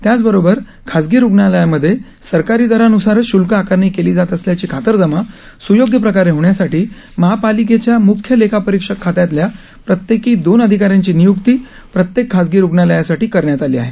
त्याचबरोबर खासगी रुग्णालयांमध्ये सरकारी दरानुसारच शुल्कं आकारणी केली जात असल्याची खातरजमा सुयोग्य प्रकारे होण्यासाठी महापालिकेच्या मुख्य लेखापरीक्षक खात्यातल्या प्रत्येकी दोन अधिकाऱ्यांची निय्क्ती प्रत्येक खासगी रुग्णालयासाठी करण्यात आली आहे